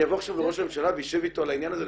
אני אבוא עכשיו לראש הממשלה ואשב איתו על העניין הזה,